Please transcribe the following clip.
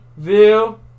Viu